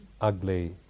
ugly